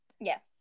Yes